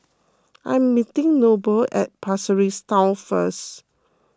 I am meeting Noble at Pasir Ris Town first